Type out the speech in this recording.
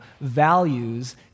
values